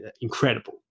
incredible